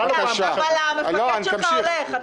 רגע, אבל המפקד שלך הולך.